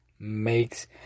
makes